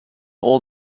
all